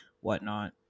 whatnot